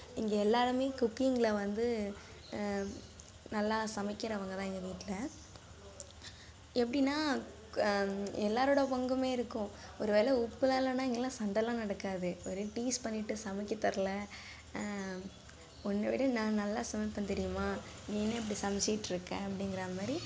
இங்கே எல்லாேருமே குக்கிங்கில் வந்து நல்லா சமைக்கிறவங்க தான் எங்கள் வீட்டில் எப்படின்னா எல்லாேரோட பங்குமே இருக்கும் ஒரு வேளை உப்பெல்லாம் இல்லைன்னா இங்கெல்லாம் சண்டைல்லாம் நடக்காது ஒரே டீஸ் பண்ணிவிட்டு சமைக்க தெரில உன்னை விட நான் நல்லா சமைப்பேன் தெரியுமா நீ என்ன இப்படி சமைச்சிட்டு இருக்க அப்படிங்கறா மாதிரி